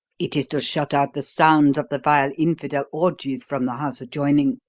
it is to shut out the sounds of the vile infidel orgies from the house adjoining,